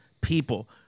people